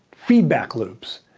feedback loops.